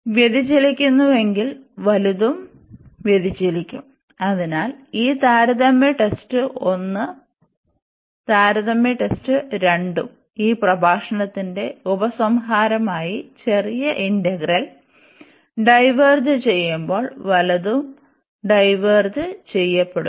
വ്യതിചലിക്കുന്നുവെങ്കിൽ വലുതും വ്യതിചലിക്കും അതിനാൽ ഈ താരതമ്യ ടെസ്റ്റ് 1 ഉം താരതമ്യ ടെസ്റ്റ് 2 ഉം ഈ പ്രഭാഷണത്തിന്റെ ഉപസംഹാരമായി ചെറിയ ഇന്റഗ്രൽ ഡൈവേർജ് ചെയ്യുമ്പോൾ വലുതും ഡൈവേർജ് ചെയ്യപെടുന്നു